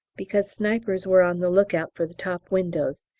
because snipers were on the look-out for the top windows,